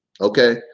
Okay